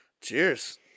Cheers